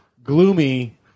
Gloomy